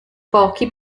pochi